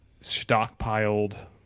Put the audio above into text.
stockpiled